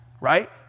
Right